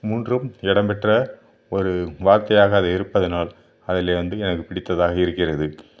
மூன்றும் இடம்பெற்ற ஒரு வார்த்தையாக அது இருப்பதனால் அதுலே வந்து எனக்கு பிடித்ததாக இருக்கிறது